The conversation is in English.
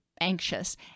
anxious